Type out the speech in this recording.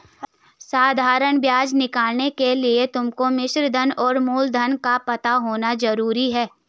साधारण ब्याज निकालने के लिए तुमको मिश्रधन और मूलधन का पता होना भी जरूरी है